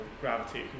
gravity